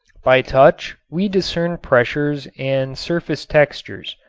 by touch we discern pressures and surface textures.